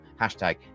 hashtag